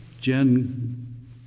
Jen